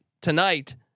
tonight